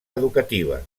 educativa